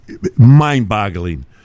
mind-boggling